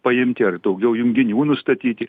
paimti ar daugiau junginių nustatyti